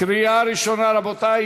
לקריאה ראשונה, רבותי.